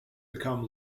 become